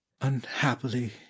unhappily